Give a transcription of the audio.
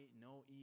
no